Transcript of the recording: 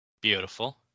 beautiful